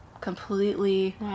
Completely